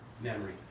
memory